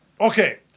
Okay